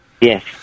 Yes